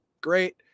Great